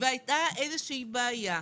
והייתה איזושהי בעיה.